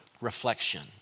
reflection